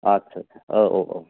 आत्सा आत्सा औ औ औ